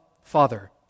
Father